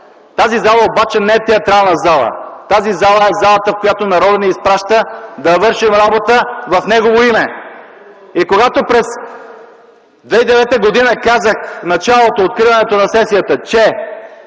Тази зала обаче не е театрална зала. Това е залата, в която народът ни изпраща да вършим работа в негово име. През 2009 г. в началото, при откриването на сесията,